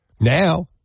Now